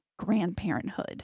grandparenthood